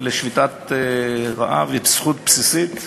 לשביתת רעב היא זכות בסיסית.